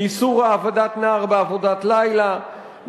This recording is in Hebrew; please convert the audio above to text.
איסור העבדת נער בעבודת לילה,